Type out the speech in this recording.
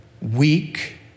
weak